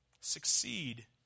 succeed